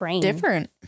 Different